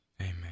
Amen